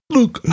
Look